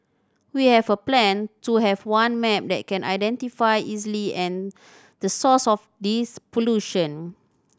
we have a plan to have one map that can identify easily and the source of this pollution